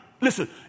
listen